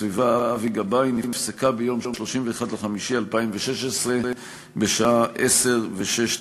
הסביבה אבי גבאי נפסקה ביום 31 במאי 2016 בשעה 10:06,